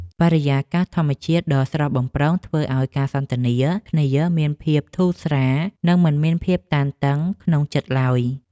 បរិយាកាសធម្មជាតិដ៏ស្រស់បំព្រងធ្វើឱ្យការសន្ទនាគ្នាមានភាពធូរស្រាល និងមិនមានភាពតានតឹងក្នុងចិត្តឡើយ។